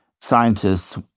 scientists